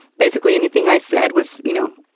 basically anything i said was, you know,